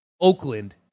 Oakland